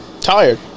Tired